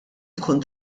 tkun